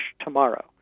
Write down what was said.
tomorrow